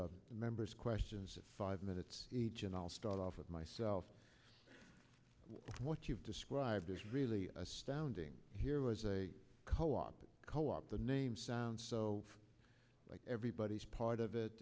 the members questions at five minutes each and i'll start off with myself what you've described is really astounding here was a co op co op the name sounds so like everybody's part of it